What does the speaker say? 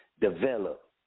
Develop